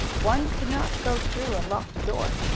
one could not go through a locked door.